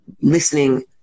listening